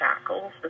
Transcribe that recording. shackles